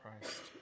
Christ